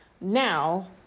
Now